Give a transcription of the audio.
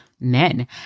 men